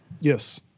Yes